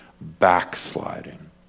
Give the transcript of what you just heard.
backsliding